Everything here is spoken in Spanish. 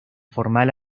formal